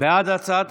(תיקון,